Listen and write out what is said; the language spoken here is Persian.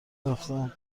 رفتم